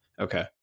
Okay